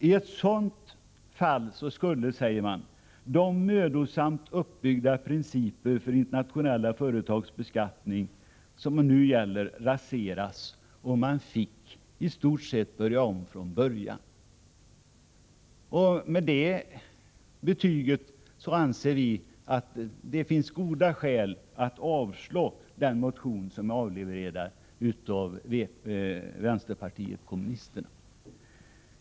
I ett sådant fall skulle, säger man, de mödosamt uppbyggda principerna för internationella företags beskattning, som nu gäller, raseras och man fick i stort sett börja om från början. Med detta betyg anser vi att det finns goda skäl att avstyrka den motion som är avlevererad av vänsterpartiet kommunisterna.